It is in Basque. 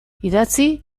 idatzi